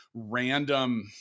random